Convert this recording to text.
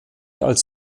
als